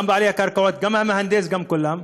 גם בעלי הקרקעות, גם המהנדס, כולם.